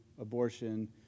abortion